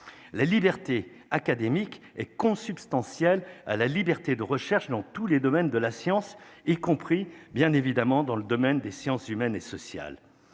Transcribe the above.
la liberté académique est consubstantielle à la liberté de recherche dans tous les domaines de la science, y compris, bien évidemment, dans le domaine des sciences humaines et sociales,